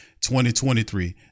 2023